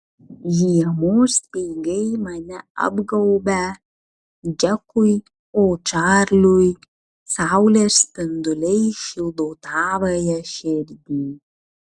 žiemos speigai mane apgaubia džekui o čarliui saulės spinduliai šildo tavąją širdį